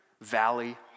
Valley